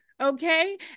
Okay